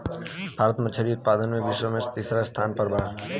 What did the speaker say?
भारत मछली उतपादन में विश्व में तिसरा स्थान पर बा